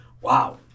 wow